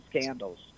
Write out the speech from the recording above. scandals